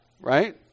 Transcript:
right